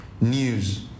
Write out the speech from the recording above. news